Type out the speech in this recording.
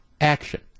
action